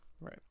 right